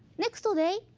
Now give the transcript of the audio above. next day,